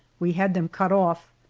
we had them cut off,